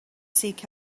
seek